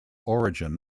origin